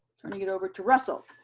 turning it over to russell.